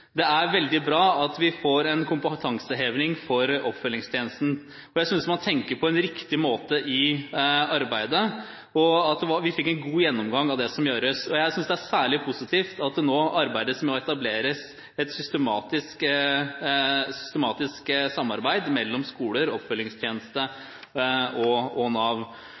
Det er veldig bra at vi får en kompetanseheving for oppfølgingstjenesten. Jeg synes man tenker på en riktig måte i arbeidet, og vi fikk en god gjennomgang av det som gjøres. Jeg synes det er særlig positivt at det nå arbeides med å etablere et systematisk samarbeid mellom skoler, oppfølgingstjeneste og Nav, at dette følges opp med kurstilbud for ansatte, at man styrker samarbeidet om oppfølgingsprosjektet, og